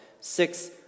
six